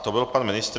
To byl pan ministr.